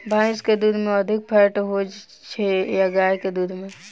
भैंस केँ दुध मे अधिक फैट होइ छैय या गाय केँ दुध में?